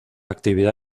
actividad